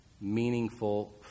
meaningful